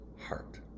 heart